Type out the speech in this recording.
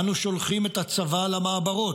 אנו שולחים את הצבא למעברות,